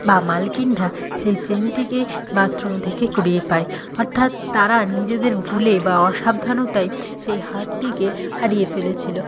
বা মালকিনরা সেই চেনটিকে বাথরুম থেকে কুড়িয়ে পায় অর্থাৎ তারা নিজেদের ভুলে বা অসাবধানতায় সেই হারটিকে হারিয়ে ফেলেছিল